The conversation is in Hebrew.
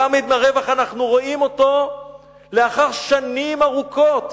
גם אם אנחנו רואים את הרווח לאחר שנים ארוכות,